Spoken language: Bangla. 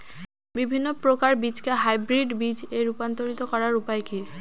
বিভিন্ন প্রকার বীজকে হাইব্রিড বীজ এ রূপান্তরিত করার উপায় কি?